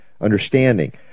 understanding